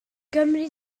gymri